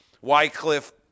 Wycliffe